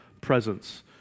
presence